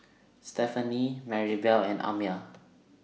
Stefani Marybelle and Amya